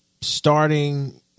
starting